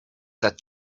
that